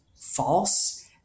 false